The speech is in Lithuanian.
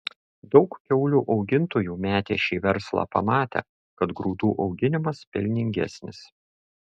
daug kiaulių augintojų metė šį verslą pamatę kad grūdų auginimas pelningesnis